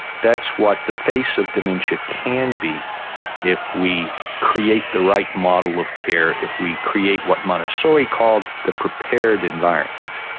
that's what the face of dementia can be if we create the right model of care, if we create what montessori called the prepared environment.